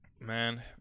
Man